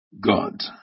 God